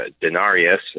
Denarius